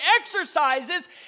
exercises